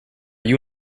you